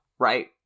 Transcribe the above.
right